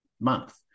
month